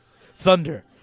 Thunder